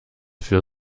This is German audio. für